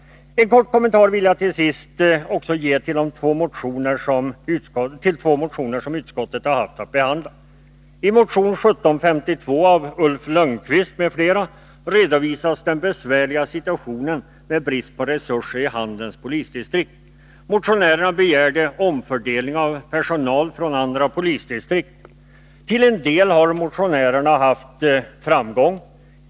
En kort kommentar vill jag också ge till två motioner som utskottet haft att behandla. I motion 1752 av Ulf Lönnqvist m.fl. redovisas den besvärliga situationen med brist på resurser i Handens polisdistrikt. Motionärerna har begärt att få personal från andra polisdistrikt. Till en del har de haft framgång.